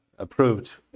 approved